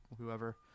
whoever